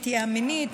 נטייה מינית,